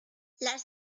las